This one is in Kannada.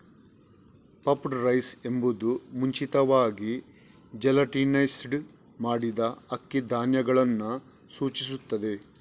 ಪಫ್ಡ್ ರೈಸ್ ಎಂಬುದು ಮುಂಚಿತವಾಗಿ ಜೆಲಾಟಿನೈಸ್ಡ್ ಮಾಡಿದ ಅಕ್ಕಿ ಧಾನ್ಯಗಳನ್ನು ಸೂಚಿಸುತ್ತದೆ